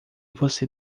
você